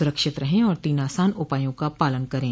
सुरक्षित रहें और तीन आसान उपायों का पालन करें